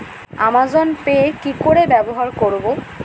Amazon pay কি করে ব্যবহার করব?